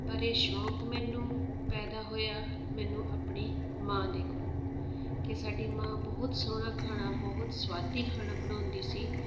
ਪਰ ਇਹ ਸ਼ੌਂਕ ਮੈਨੂੰ ਪੈਦਾ ਹੋਇਆ ਮੈਨੂੰ ਆਪਣੀ ਮਾਂ ਦੇ ਕੋਲੋਂ ਕਿ ਸਾਡੀ ਮਾਂ ਬਹੁਤ ਸੋਹਣਾ ਖਾਣਾ ਬਹੁਤ ਸਵਾਦੀ ਖਾਣਾ ਬਣਾਉਂਦੀ ਸੀ